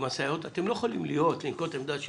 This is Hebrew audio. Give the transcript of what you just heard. אתם לא יכולים לנקוט עמדה של